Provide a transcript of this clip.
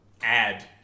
add